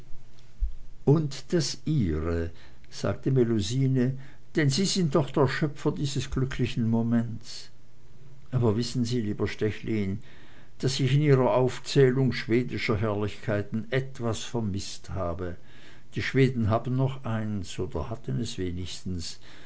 und das ihre sagte melusine denn sie sind doch der schöpfer dieses glücklichen moments aber wissen sie lieber stechlin daß ich in ihrer aufzählung schwedischer herrlichkeiten etwas vermißt habe die schweden haben noch eins oder hatten es wenigstens